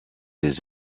des